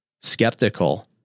skeptical